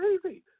crazy